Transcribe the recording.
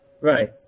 Right